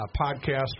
Podcast